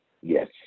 Yes